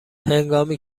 هنگامی